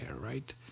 right